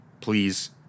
please